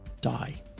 die